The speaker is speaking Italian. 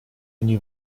ogni